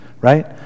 right